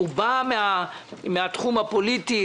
הוא בא מהתחום הפוליטי.